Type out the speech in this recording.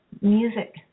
music